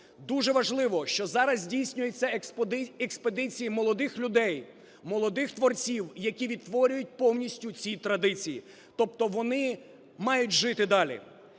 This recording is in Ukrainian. Дуже важливо, що зараз здійснюються експедиції молодих людей, молодих творців, які відтворюють повністю ці традиції, тобто вони мають жити далі.